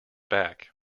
back